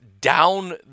down